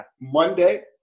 Monday